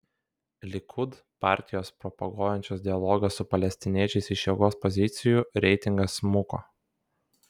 likud partijos propaguojančios dialogą su palestiniečiais iš jėgos pozicijų reitingas smuko